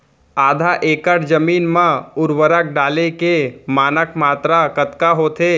आधा एकड़ जमीन मा उर्वरक डाले के मानक मात्रा कतका होथे?